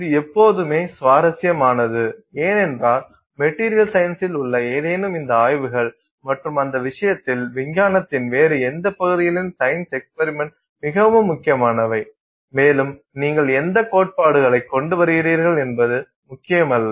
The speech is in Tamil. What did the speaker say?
இது எப்போதுமே சுவாரஸ்யமானது ஏனென்றால் மெட்டீரியல் சயின்ஸில் உள்ள ஏதேனும் இந்த ஆய்வுகள் மற்றும் அந்த விஷயத்தில் விஞ்ஞானத்தின் வேறு எந்த பகுதியிலும் சயின்ஸ் எக்ஸ்பெரிமெண்ட்ஸ் மிகவும் முக்கியமானவை மேலும் நீங்கள் எந்தக் கோட்பாடுகளை கொண்டு வருகிறீர்கள் என்பது முக்கியமல்ல